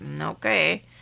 okay